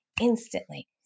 instantly